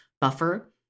Buffer